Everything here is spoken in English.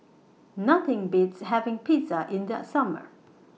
Nothing Beats having Pizza in The Summer